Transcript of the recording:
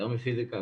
יותר מפיזיקה,